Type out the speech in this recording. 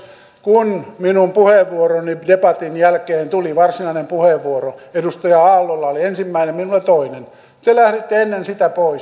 kun minun puheenvuoroni debatin jälkeen tuli varsinainen puheenvuoro edustaja aallolla oli ensimmäinen minulla toinen te lähditte ennen sitä pois